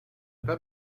pas